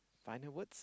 final words